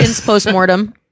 post-mortem